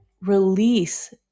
release